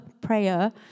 prayer